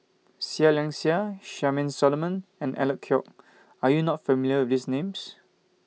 Seah Liang Seah Charmaine Solomon and Alec Kuok Are YOU not familiar with These Names